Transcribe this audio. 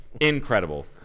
incredible